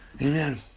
Amen